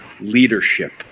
leadership